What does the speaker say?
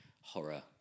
horror